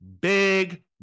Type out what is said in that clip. big